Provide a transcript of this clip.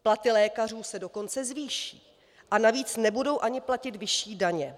Platy lékařů se dokonce zvýší a navíc nebudou ani platit vyšší daně.